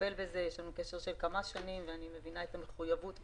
יש לנו קשר של כמה שנים ואני מכירה את המחויבות שלך,